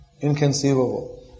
Inconceivable